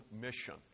mission